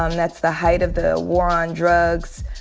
um that's the height of the war on drugs,